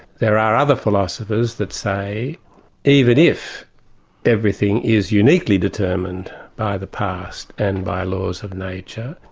there are other philosophers that say even if everything is uniquely determined by the past and by laws of nature,